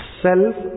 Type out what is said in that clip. self